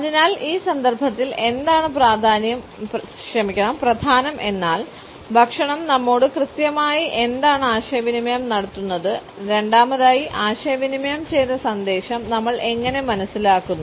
അതിനാൽ ഈ സന്ദർഭത്തിൽ എന്താണ് പ്രധാനം എന്നാൽ ഭക്ഷണം നമ്മോട് കൃത്യമായി എന്താണ് ആശയവിനിമയം നടത്തുന്നത് രണ്ടാമതായി ആശയവിനിമയം ചെയ്ത സന്ദേശം നമ്മൾ എങ്ങനെ മനസ്സിലാക്കുന്നു